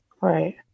Right